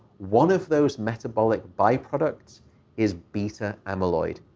one of those metabolic byproducts is beta amyloid.